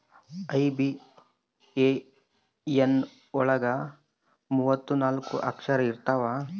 IBAN ಒಳಗ ಮೂವತ್ತು ನಾಲ್ಕ ಅಕ್ಷರ ಇರ್ತವಾ